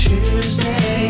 Tuesday